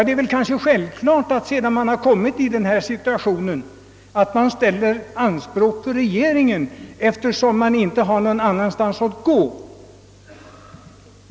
Det är kanske självklart att man ställer anspråk på regeringen, sedan man har kommit i den här situationen — man har inte någon annanstans att gå.